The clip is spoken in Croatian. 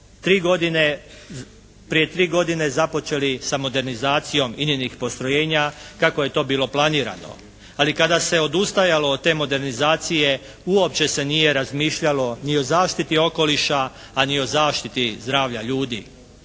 prije tri godine započeli sa modernizacijom INA-inih postrojenja kako je to bilo planirano. Ali kada se odustajalo od te modernizacije uopće se nije razmišljalo ni o zaštiti okoliša, a ni o zaštiti zdravlja ljudi.